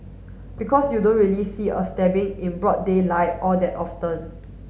because you don't really see a stabbing in broad daylight all that often